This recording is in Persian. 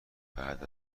بعد